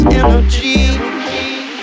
energy